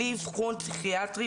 בלי אבחון פסיכיאטרי,